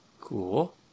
Cool